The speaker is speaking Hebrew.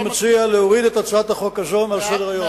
אני מציע להוריד את הצעת החוק הזאת מעל סדר-היום.